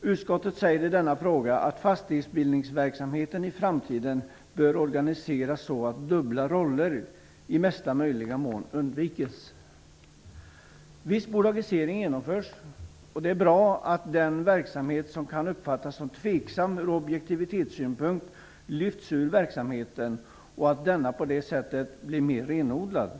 Utskottet säger i denna fråga att fastighetsbildningsverksamheten i framtiden bör organiseras så att dubbla roller i största möjliga mån undviks. Viss bolagisering genomförs. Det är bra att den del som kan uppfattas som tveksam ur objektivitetssynpunkt lyfts ur verksamheten och att denna på det sättet blir mer renodlad.